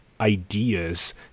ideas